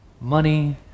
Money